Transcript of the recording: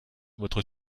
votre